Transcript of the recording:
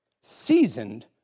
seasoned